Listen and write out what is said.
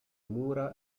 mura